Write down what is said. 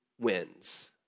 wins